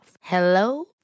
Hello